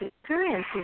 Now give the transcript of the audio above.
experiences